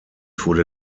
wurde